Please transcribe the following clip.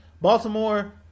Baltimore